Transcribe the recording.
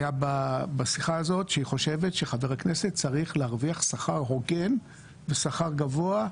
שהיא חושבת שחבר הכנסת צריך להרוויח שכר הוגן ושכר גבוה,